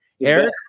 Eric